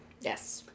Yes